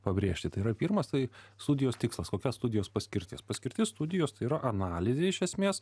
pabrėžti tai yra pirmas tai studijos tikslas kokia studijos paskirtis paskirtis studijos tai yra analizė iš esmės